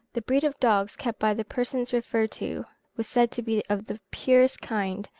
the breed of dogs kept by the persons referred to was said to be of the purest kind,